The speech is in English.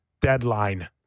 deadline